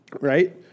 right